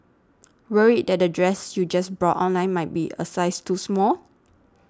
worried that the dress you just bought online might be a size too small